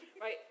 Right